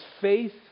faith